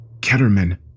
Ketterman